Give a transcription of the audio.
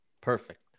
Perfect